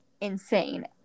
insane